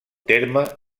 terme